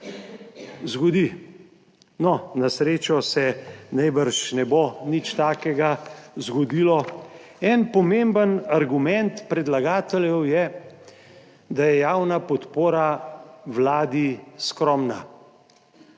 zgodi no, na srečo se najbrž ne bo nič takega zgodilo. En pomemben argument predlagateljev je, da je javna podpora Vladi skromna.